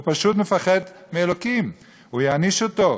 הוא פשוט מפחד מאלוקים, הוא יעניש אותו,